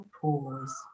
pause